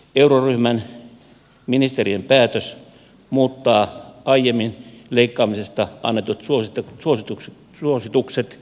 euroryhmän ministerien päätös muuttaa aiemmin leikkaamisesta annetut suositukset velvoitteiksi